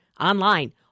online